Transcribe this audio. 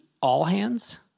all-hands